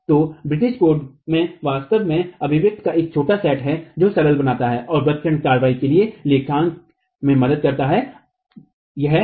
तो British code में वास्तव में अभिव्यक्ति का एक सेट है जो सरल बनाता है और वृत्तखंड कार्रवाई के लिए लेखांकन में मदद करता है